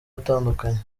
atandukanye